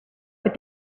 but